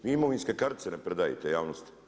Vi imovinske kartice ne predajete javnosti.